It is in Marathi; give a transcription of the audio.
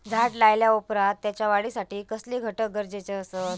झाड लायल्या ओप्रात त्याच्या वाढीसाठी कसले घटक गरजेचे असत?